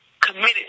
committed